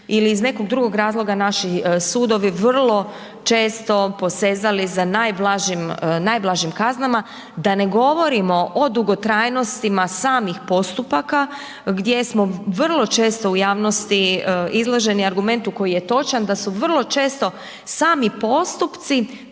ili iz nekog drugog razloga naši sudovi vrlo često posezali za najblažim, najblažim kaznama, da ne govorimo o dugotrajnostima samih postupaka gdje smo vrlo često u javnosti izloženi argumentu koji je točan, da su vrlo često sami postupci